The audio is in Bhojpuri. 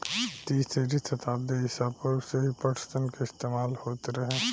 तीसरी सताब्दी ईसा पूर्व से ही पटसन के इस्तेमाल होत रहे